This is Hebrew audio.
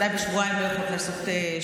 בשבועיים בוודאי לא יכולת לעשות שינוי.